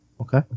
Okay